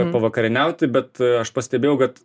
pavakarieniauti bet aš pastebėjau kad